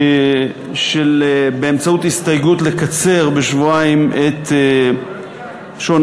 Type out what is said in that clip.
ההצעה באמצעות הסתייגות לקצר בשבועיים את שעון